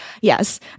yes